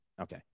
Okay